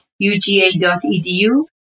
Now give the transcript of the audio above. uga.edu